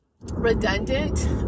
redundant